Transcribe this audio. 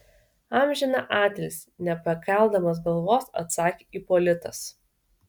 amžiną atilsį nepakeldamas galvos atsakė ipolitas